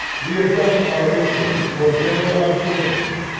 we adjust our instrument for general observation,